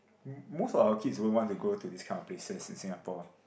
m~ most of our kids won't want to go to these kind of places in Singapore